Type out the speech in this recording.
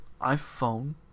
iPhone